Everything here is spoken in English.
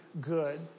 good